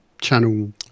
channel